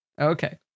Okay